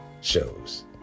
shows